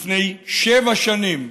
לפני שבע שנים,